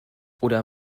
oder